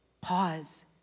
pause